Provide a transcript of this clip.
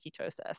ketosis